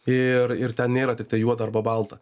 ir ir ten nėra tiktai juoda arba balta